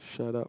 shut up